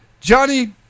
Johnny